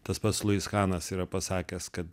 tas pats luis chanas yra pasakęs kad